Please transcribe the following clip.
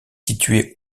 située